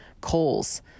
coals